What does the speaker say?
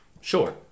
Sure